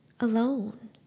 alone